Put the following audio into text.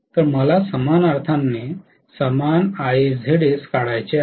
तर मला समान अर्थाने समान IaZs काढायचे आहेत